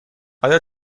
آیا